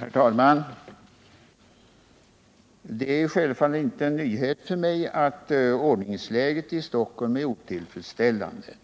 Herr talman! Det är självfallet inte någon nyhet för mig att ordningsläget i Stockholm är otillfredsställande.